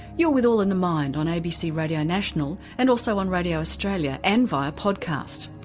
you're with all in the mind on abc radio national and also on radio australia and via podcast.